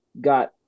got